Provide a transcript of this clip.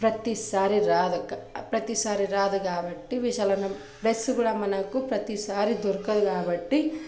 ప్రతీ సారి రాదు కా ప్రతీ సారి రాదు కాబట్టి విశాలంగా ప్లేస్ మనకు ప్రతీ సారి దొరకదు కాబట్టి